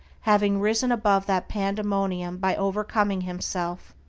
having risen above that pandemonium by overcoming himself,